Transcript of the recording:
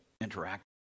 interact